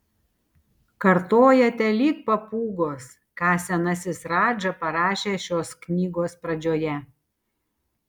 kartojate lyg papūgos ką senasis radža parašė šios knygos pradžioje